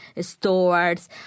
stores